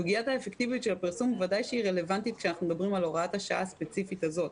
סוגיה זו רלוונטית גם כשאנחנו מדברים על הוראת השעה הספציפית הזאת.